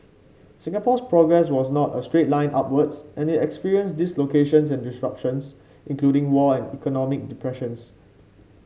Singapore's progress was not a straight line upwards and it experienced dislocations and disruptions including war and economic depressions